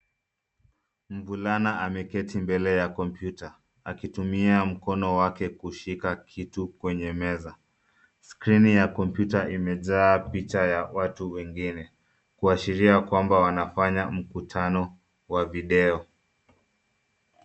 Mvulana ameketi mbele ya kompyuta akitumia mkono wake kushika kitu kwenye meza. Skrini ya kompyuta imejaa picha ya watu wengine, kuashiria kwamba wanafanya mkutano wa video .